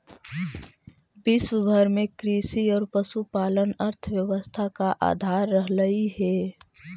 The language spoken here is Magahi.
विश्व भर में कृषि और पशुपालन अर्थव्यवस्था का आधार रहलई हे